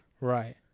Right